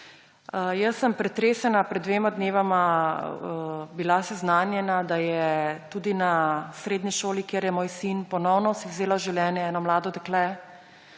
Jaz sem pretresena, pred dvema dnevoma bila seznanjena, da je tudi na srednji šoli, kjer je moj sin, ponovno si vzelo življenje eno mlado dekle,